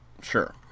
sure